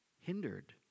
hindered